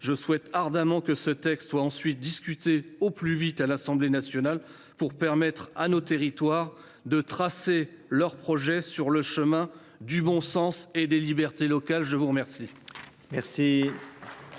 je souhaite ardemment qu’elle soit examinée au plus vite à l’Assemblée nationale pour permettre à nos territoires de tracer leurs projets sur le chemin du bon sens et des libertés locales. La parole